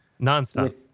Nonstop